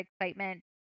excitement